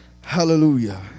Hallelujah